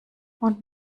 und